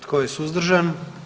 Tko je suzdržan?